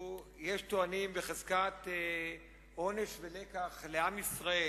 יש הטוענים שהוא בחזקת עונש ולקח לעם ישראל